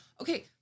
Okay